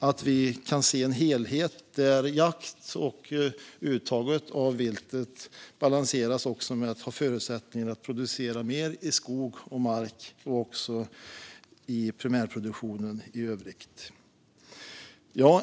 Vi måste kunna se en helhet där jakt och uttaget av viltet balanseras mot förutsättningarna att producera mer i skog och mark och i primärproduktionen i övrigt.